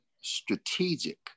strategic